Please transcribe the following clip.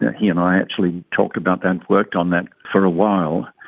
he and i actually talked about that, worked on that for a while.